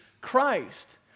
Christ